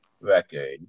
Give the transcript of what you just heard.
record